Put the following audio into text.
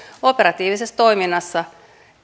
operatiivisessa toiminnassa